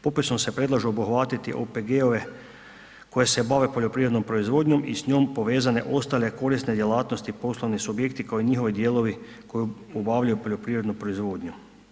Popisom se predlažu obuhvatiti OPG-ove koji se bave poljoprivrednom proizvodnjom i s njom povezane ostale korisne djelatnosti, poslovni subjekti kao i njihovi dijelovi koji obavljaju poljoprivrednu proizvodnju.